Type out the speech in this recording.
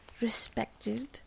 respected